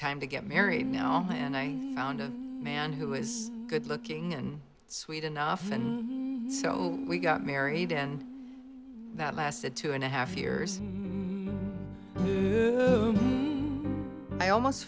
time to get married and i found a man who is good looking and sweet enough and so we got married and that lasted two and a half years i almost